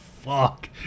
Fuck